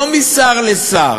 לא משר לשר,